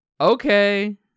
okay